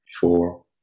four